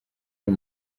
cyo